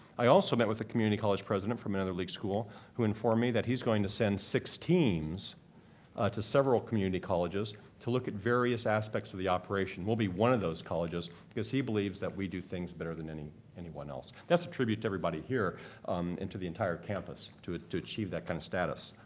i also met with the community college president from another league school who informed me that he is going to send six teams to several community colleges to look at various aspects of the operation. we'll be one of those colleges because he believes that we do things better than anyone else. that's a tribute to everybody here and to the entire campus to to achieve that kind of status.